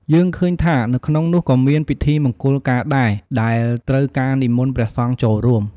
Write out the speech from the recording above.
យើងឃើញថានៅក្នុងនោះក៏មានពិធីមង្គលការដែរ ដែលត្រូវការនិមន្តព្រះសង្ឃចូលរួម។